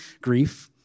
grief